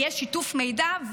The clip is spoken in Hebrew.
יהיה שיתוף מידע,